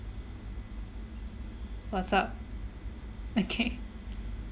what's up okay